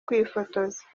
kwifotoza